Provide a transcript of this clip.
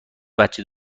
بچه